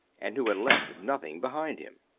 and who had left nothing behind him.